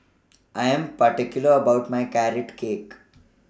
I Am particular about My Carrot Cake